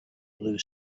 blue